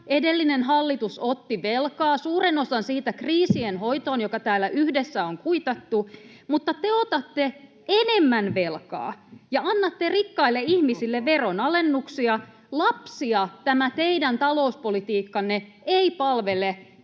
edellinen hallitus otti velkaa — suuren osan siitä kriisien hoitoon — joka täällä yhdessä on kuitattu, mutta te otatte enemmän velkaa ja annatte rikkaille ihmisille veronalennuksia. Lapsia tämä teidän talouspolitiikkanne ei palvele.